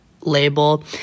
label